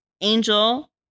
Angel